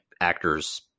actors